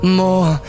more